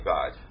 God